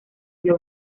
vio